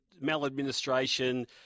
maladministration